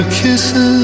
kisses